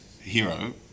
hero